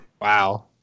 Wow